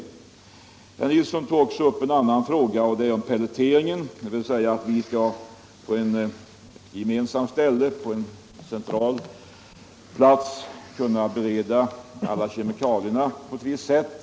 Herr Nilsson i Kalmar tog också upp frågan om pelleteringen, dvs. att glasbruken på en central plats gemensamt skall kunna bereda alla kemikalier på ett visst sätt.